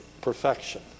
perfection